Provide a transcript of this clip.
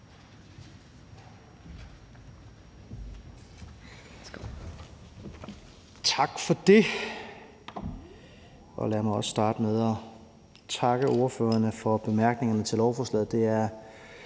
Tak for det. Og lad mig også starte med at takke ordførerne for bemærkningerne til lovforslaget.